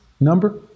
number